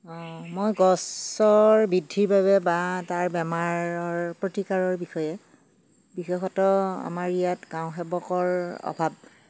মই গছৰ বৃদ্ধিৰ বাবে বা তাৰ বেমাৰৰ প্ৰতিকাৰৰ বিষয়ে বিশেষত আমাৰ ইয়াত গাঁওসেৱকৰ অভাৱ